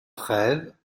treyve